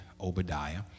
Obadiah